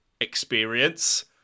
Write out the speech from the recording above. experience